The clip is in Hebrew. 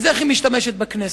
אז איך היא משתמשת בכנסת,